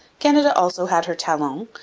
canada also had her talon,